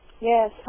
Yes